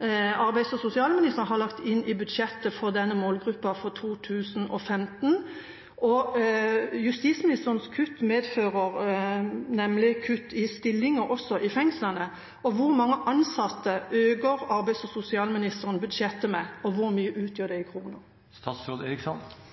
han har lagt inn i budsjettet for denne målgruppa for 2015. Justisministerens kutt medfører nemlig kutt i stillinger, også i fengslene. Hvor mange ansatte fører en økning i arbeids- og sosialministerens budsjett til, og hvor mye utgjør det i